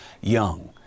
young